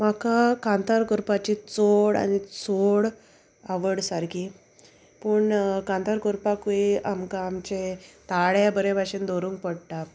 म्हाका कांतार करपाची चोड आनी चोड आवड सारकी पूण कांतार कोरपाकूय आमकां आमचे ताळे बरे भाशेन दवरूंक पडटा